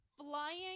flying